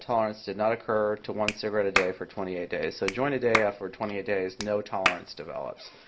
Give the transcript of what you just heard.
tolerance did not occur to one cigarette a day for twenty eight days. so joint a day ah for twenty eight days, no tolerance develops.